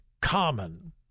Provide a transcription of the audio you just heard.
common